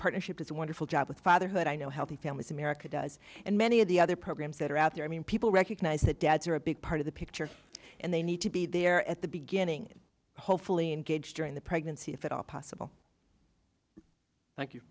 partnership is a wonderful job with fatherhood i know healthy families america does and many of the other programs that are out there i mean people recognize that dads are a big part of the picture and they need to be there at the beginning hopefully engage during the pregnancy if at all possible like you